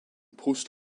post